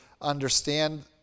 understand